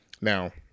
Now